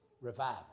revival